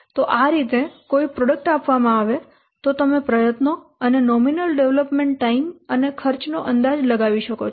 તો આ રીતે કોઈ પ્રોડક્ટ આપવામાં આવે તો તમે પ્રયત્નો અને નોમિનલ ડેવલપમેન્ટ ટાઈમ અને ખર્ચનો અંદાજ લગાવી શકો છો